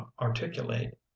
articulate